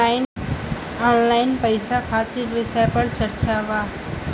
Online पैसा खातिर विषय पर चर्चा वा?